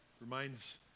Reminds